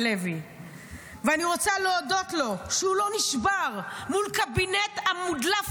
אני רוצה להודות לו שהוא לא נשבר מול הקבינט המודלף